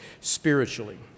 spiritually